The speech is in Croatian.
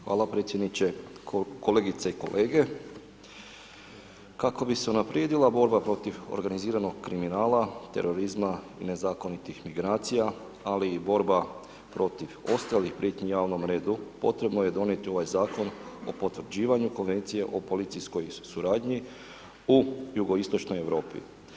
Hvala predsjedniče, kolegice i kolege, kako bi se unapredila borba protiv organiziranog kriminala, terorizma i nezakonitih migracija, ali i borba protiv ostalih prijetnji javnom redu potrebno je donijeti ovaj Zakon o potvrđivanju Konvencije o policijskoj suradnji u Jugoistočnoj Europi.